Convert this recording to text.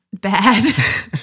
bad